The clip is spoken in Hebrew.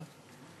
שלוש דקות